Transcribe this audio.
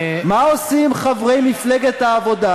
מה עושים חברי מפלגת העבודה?